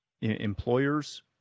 employers